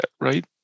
right